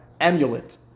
amulet